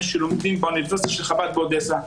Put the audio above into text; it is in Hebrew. שלומדים באוניברסיטה של חב"ד באודסה.